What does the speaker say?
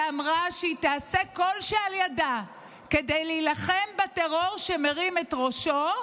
שאמרה שתעשה את כל שלאל ידה כדי להילחם בטרור שמרים את ראשו,